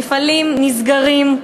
מפעלים נסגרים.